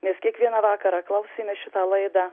mes kiekvieną vakarą klausėme šitą laidą